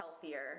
healthier